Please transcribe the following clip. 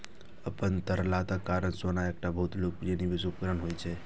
अपन तरलताक कारण सोना एकटा बहुत लोकप्रिय निवेश उपकरण होइ छै